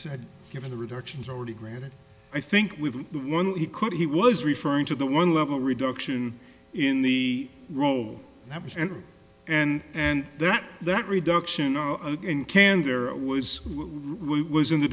said given the reductions already granted i think with one he could he was referring to the one level reduction in the role that was and and and that that reduction in candor was what was in the